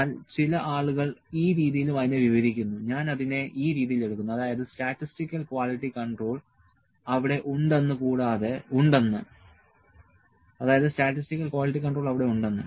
എന്നാൽ ചില ആളുകൾ ഈ രീതിയിലും അതിനെ വിവരിക്കും ഞാൻ അതിനെ ഈ രീതിയിൽ എടുക്കുന്നു അതായത് സ്റ്റാറ്റിസ്റ്റിക്കൽ ക്വാളിറ്റി കൺട്രോൾ അവിടെ ഉണ്ടെന്ന്